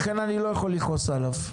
לכן אני לא יכול לכעוס עליו.